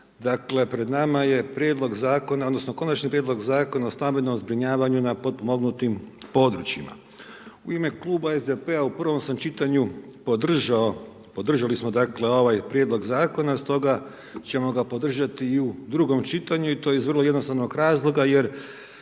Zakona, odnosno Konačni prijedlog Zakona o stambenom zbrinjavanju na potpomognutim područjima. U ime Kluba SDP-a u prvom sam čitanju, podržao, podržali smo dakle ovaj Prijedlog Zakona, stoga ćemo ga podržati i u drugom čitanju, i to iz vrlo jednostavnog razloga jer